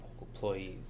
employees